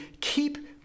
keep